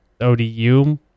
ODU